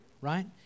right